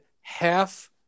half